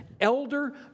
elder